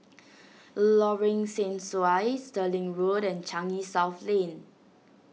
Lorong Sesuai Stirling Walk and Changi South Lane